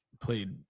played